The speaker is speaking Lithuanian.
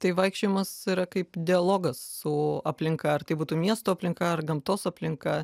tai vaikščiojimas yra kaip dialogas su aplinka ar tai būtų miesto aplinka ar gamtos aplinka